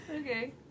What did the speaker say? Okay